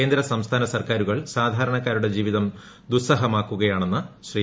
കേന്ദ്ര സംസ്ഥാന സർക്കാരുകൾ സാധാരണക്കാരുടെ ജീവിതം ദുസ്സഹമാക്കുന്നുവെന്ന് ശ്രീ